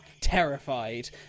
terrified